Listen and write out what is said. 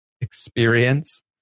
experience